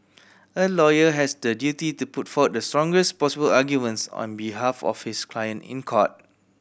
a lawyer has the duty to put forward the strongest possible arguments on behalf of his client in court